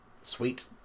Sweet